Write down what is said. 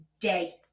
day